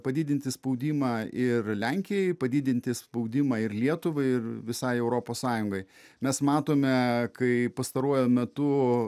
padidinti spaudimą ir lenkijai padidinti spaudimą ir lietuvai ir visai europos sąjungai mes matome kai pastaruoju metu